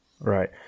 right